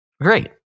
great